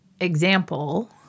example